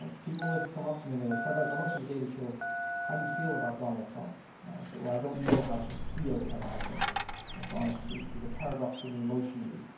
people always come up to me and they go, trevor, as the host of the daily show how do you feel about donald trump? i say well, i don't know how to feel about him that's the honest truth. he's a paradox for me emotionally.